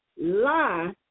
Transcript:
lie